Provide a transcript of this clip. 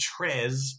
Trez